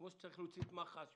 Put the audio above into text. כפי